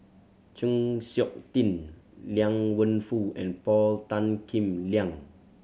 Chng Seok Tin Liang Wenfu and Paul Tan Kim Liang